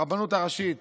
הרבנות הראשית